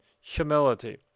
humility